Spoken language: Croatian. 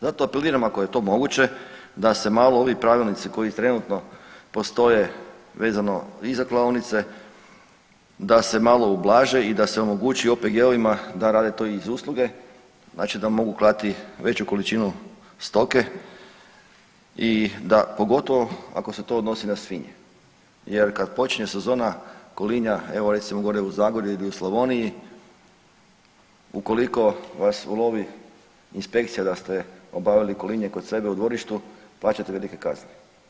Zato apeliram ako je to moguće da se malo ovi pravilnici koji trenutno postoje vezano i za klaonice da se malo ublaže i da se omogući OPG-ovima da rade to iz usluge, znači da mogu klati veću količinu stoke, pogotovo ako se to odnosi na svinje jer kad počne sezona kolinja, evo recimo gore u Zagorju ili i Slavoniji ukoliko vas ulovi inspekcija da ste obavili kolinje kod sebe u dvorištu plaćate velike kazne.